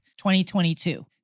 2022